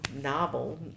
novel